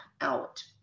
out